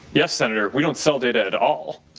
yes, senator, we don't sell data at all.